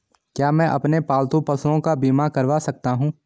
क्या मैं अपने पालतू पशुओं का बीमा करवा सकता हूं?